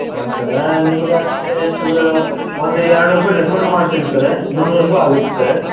ಹೌದು ಸರಾ ನಿಮಗೆ ಅಷ್ಟೇ ನಿಮಗೆ ಒಂದು ಎರಡುನೂರು ರೂಪಾಯಿ ಡಿಸ್ಕೌಂಟ್ ಮಾಡ್ತೀನಿ ಸರ ಮುನ್ನೂರು ರೂಪಾಯಿ ಆಗುತ್ತೆ ಸರ್